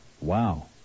Wow